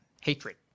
hatred